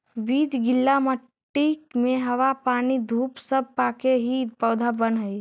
बीज गीला मट्टी में हवा पानी धूप सब पाके ही पौधा बनऽ हइ